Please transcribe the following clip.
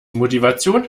motivation